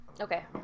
Okay